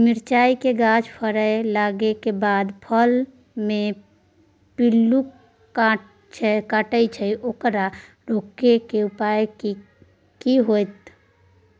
मिरचाय के गाछ फरय लागे के बाद फल में पिल्लू काटे छै ओकरा रोके के उपाय कि होय है?